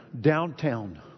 downtown